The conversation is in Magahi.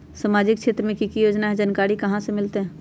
सामाजिक क्षेत्र मे कि की योजना है जानकारी कहाँ से मिलतै?